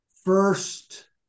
first